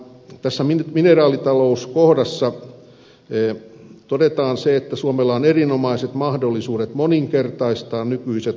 tässä mineraalitalouskohdassa todetaan se että suomella on erinomaiset mahdollisuudet moninkertaistaa nykyiset louhintamäärät